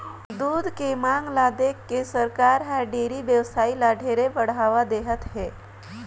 दूद के मांग ल देखके सरकार हर डेयरी बेवसाय ल ढेरे बढ़ावा देहत हे